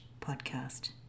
podcast